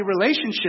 relationship